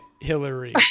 Hillary